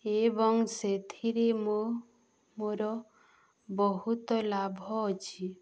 ଏବଂ ସେଥିରେ ମୁଁ ମୋର ବହୁତ ଲାଭ ଅଛି